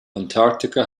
antarctica